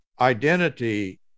identity